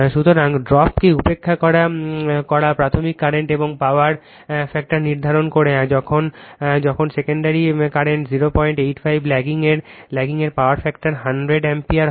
সুতরাং ড্রপকে উপেক্ষা করা প্রাথমিক কারেন্ট এবং পাওয়ার ফ্যাক্টর নির্ধারণ করে যখন সেকেন্ডারি কারেন্ট 085 ল্যাগিং এর পাওয়ার ফ্যাক্টরে 100 অ্যাম্পিয়ার হয়